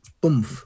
boom